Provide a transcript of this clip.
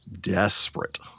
desperate